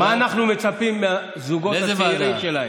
מה אנחנו מצפים מהזוגות הצעירים שלהם?